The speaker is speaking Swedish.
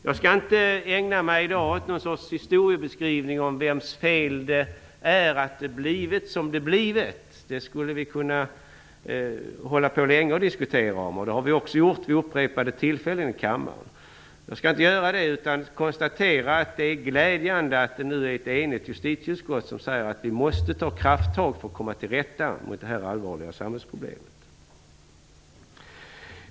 Jag skall i dag inte ägna mig åt någon historieskrivning i fråga om vems fel det är att det har blivit som det har blivit - det skulle vi kunna diskutera länge, och det har vi också gjort vid upprepade tillfällen i kammaren. Jag konstaterar att det är glädjande att ett enigt justitieutskott nu säger att vi måste ta krafttag för att komma till rätta med det här allvarliga samhällsproblemet.